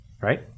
right